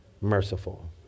merciful